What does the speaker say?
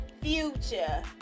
Future